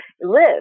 live